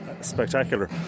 spectacular